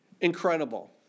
Incredible